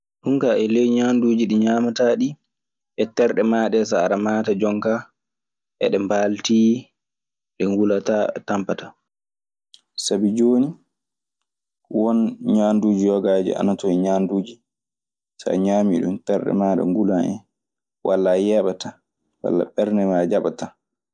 Ɗun kaa e ley ñanduuuji ɗii ñaamataa ɗii e terɗe maa ɗee. So anda maata jonkaa eɓe mbaaltii, ɓe ngulataa a tampataa.